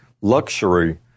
luxury